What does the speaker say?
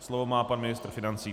Slovo má pan ministr financí.